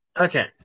Okay